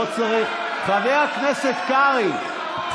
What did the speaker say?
חבר הכנסת קרעי,